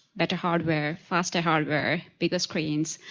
better hardware, faster hardware, bigger screens,